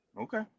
Okay